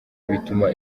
bituma